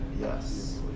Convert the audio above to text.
Yes